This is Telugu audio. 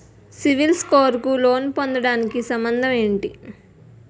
సిబిల్ స్కోర్ కు లోన్ పొందటానికి సంబంధం ఏంటి?